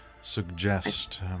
suggest